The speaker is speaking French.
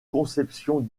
conceptions